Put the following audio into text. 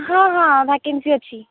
ହଁ ହଁ ଭାକେନ୍ସି ଅଛି